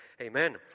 Amen